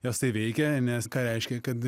jos tai veikia nes ką reiškia kad